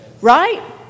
Right